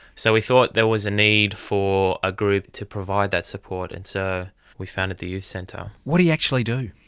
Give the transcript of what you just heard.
so we thought there was a need for a group to provide that support. and so we founded the youth centre. what do you actually do?